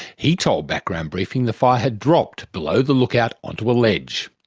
he told background briefing the fire had dropped below the lookout onto a ledge.